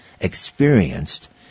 experienced